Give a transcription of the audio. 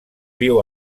viu